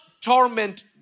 torment